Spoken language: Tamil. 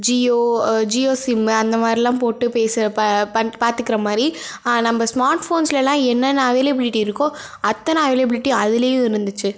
ஜியோ ஜியோ சிம்மு அந்த மாதிரிலாம் போட்டு பேசுகிறப்ப பண் பார்த்துக்கற மாதிரி நம் ஸ்மார்ட் ஃபோன்ஸ்லலாம் என்னென்ன அவைலபிளிட்டி இருக்கோ அத்தனை அவைலபிளிட்டியும் அதுலேயும் இருந்துச்சு